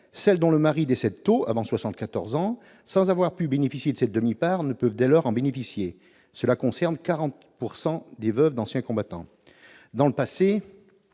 celles dont le mari est décédé tôt, avant 74 ans, sans avoir donc pu bénéficier de cette demi-part, ne peuvent dès lors en bénéficier. Cela concerne 40 % des veuves d'anciens combattants.